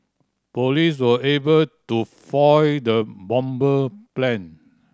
police were able to foil the bomber plan